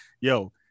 yo